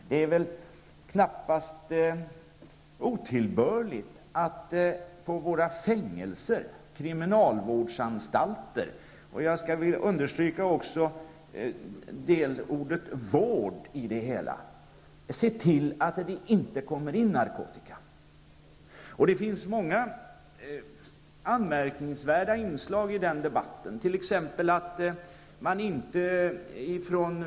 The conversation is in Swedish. Det är väl knappast otillbörligt att man på våra fängelser, kriminalvårdsanstalter -- här skulle jag vilja understryka att just begreppet vård är viktigt -- ser till att det inte kommer in någon narkotika. Det finns många anmärkningsvärda inslag i den debatten.